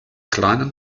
kleinen